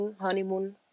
honeymoon